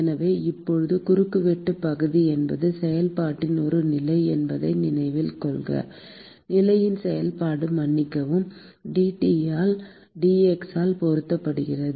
எனவே இப்போது குறுக்குவெட்டு பகுதி என்பது செயல்பாட்டின் ஒரு நிலை என்பதை நினைவில் கொள்க நிலையின் செயல்பாடு மன்னிக்கவும் dT ஆல் dx ஆல் பெருக்கப்படுகிறது